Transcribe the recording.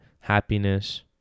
happiness